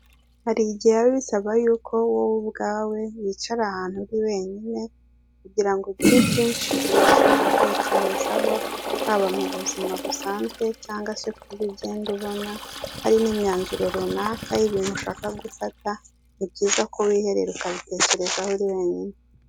Hari igihe bisaba yuko wowe ubwawe wicara ahantu uri wenyine kugira ngo ugire byinshi ubasha gutekerezaho haba mu buzima busanzwe cyangwa se kumwe ugenda ubona hari nk'imyanzuro runaka y'ibintu ushaka gufata ni byiza ko wihera ukabitekerezaho uri wenyine.